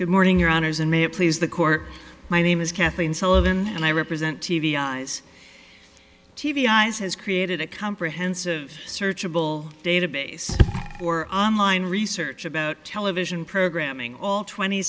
good morning your honor is in may it please the court my name is kathleen sullivan and i represent t v eyes t v eyes has created a comprehensive searchable database or on line research about television programming all twenty